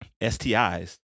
STIs